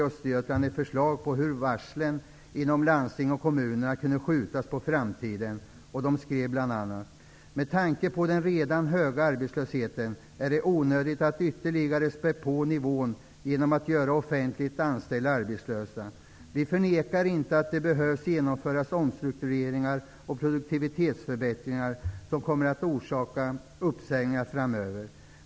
Östergötland ett förslag om hur varslen inom landsting och kommuner kunde skjutas på framtiden och skrev bl.a.: ''Med tanke på den redan höga arbetslösheten är det onödigt att ytterligare spä på nivån genom att göra offentligt anställda arbetslösa. Vi förnekar inte att det behövs genomföras omstruktureringar och produktivitetsförbätttringar som kommer att orsaka uppsägningar framöver.